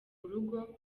urugo